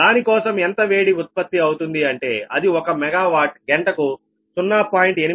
దాని కోసం ఎంత వేడి ఉత్పత్తి అవుతుంది అంటే అది ఒక మెగా వాట్ గంటకు 0